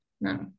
No